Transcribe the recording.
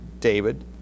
David